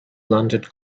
landed